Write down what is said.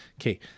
Okay